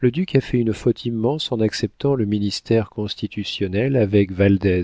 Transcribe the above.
le duc a fait une faute immense en acceptant le ministère constitutionnel avec valdez